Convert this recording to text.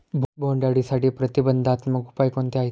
बोंडअळीसाठी प्रतिबंधात्मक उपाय कोणते आहेत?